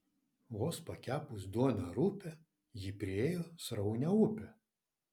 vos pakepus duoną rupią ji priėjo sraunią upę